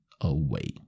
Away